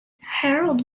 harald